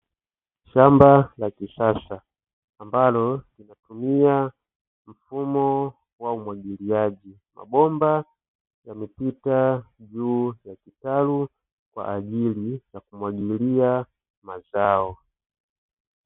Shamba la kisasa ambalo linatumia mfumo wa umwagiliaji, mabomba yamepita juu ya kitalu kwa ajili ya kumwagilia mazao.